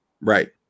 right